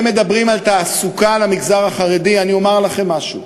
תודה לחברת הכנסת מיכל רוזין.